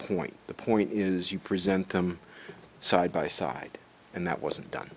point the point is you present them side by side and that wasn't done